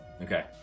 Okay